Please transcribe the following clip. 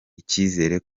icyizere